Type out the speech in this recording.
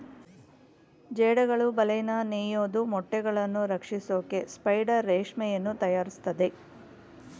ಜೇಡಗಳು ಬಲೆನ ನೇಯೋದು ಮೊಟ್ಟೆಗಳನ್ನು ರಕ್ಷಿಸೋಕೆ ಸ್ಪೈಡರ್ ರೇಷ್ಮೆಯನ್ನು ತಯಾರಿಸ್ತದೆ